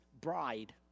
bride